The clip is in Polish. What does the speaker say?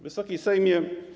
Wysoki Sejmie!